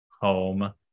home